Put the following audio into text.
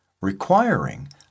requiring